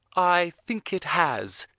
i think it has,